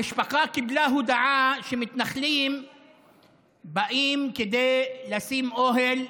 המשפחה קיבלה הודעה שמתנחלים באים כדי לשים אוהל,